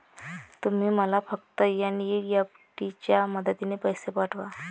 तुम्ही मला फक्त एन.ई.एफ.टी च्या मदतीने पैसे पाठवा